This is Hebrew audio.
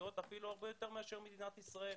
שמציעות אפילו הרבה יותר מאשר מציעה מדינת ישראל.